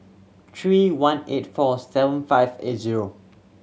three one eight four seven five eight zero